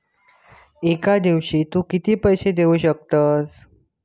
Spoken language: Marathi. एका दिवसात तू किती पैसे देऊ शकतस?